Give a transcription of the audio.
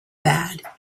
bad